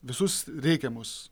visus reikiamus